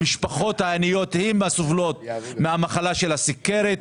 המשפחות העניות הן הסובלות מהמחלה של הסוכרת,